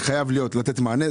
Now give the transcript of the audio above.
זה חייב לקבל מענה.